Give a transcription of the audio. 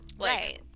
Right